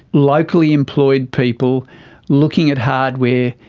locally employed people looking at hardware,